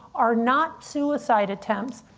are not suicide attempts,